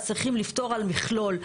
אז צריכים לפתור על מכלול.